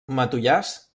matollars